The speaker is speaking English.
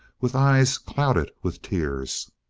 with eyes clouded with tears.